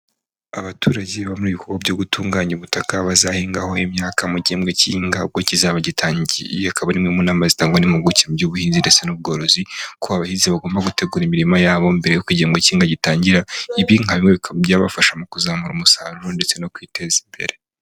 Abaturage bo mu bikorwa byo gutunganya ubutaka bazahingaho imyaka mu gihembwe cy'ihinga ubwo kizaba gitangiye. Iyi ikaba arimwe mu nama zitangwa n'impuguke mu by'ubuhinzi ndetse n'ubworozi ko abahinzi bagomba gutegura imirimo yabo mbere kugira ngo kimwega gitangira; ibi nka bimwe mu byabafasha mu kuzamura umusaruro ndetse no kwiteza imbere.